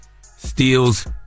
steals